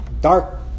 dark